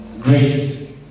Grace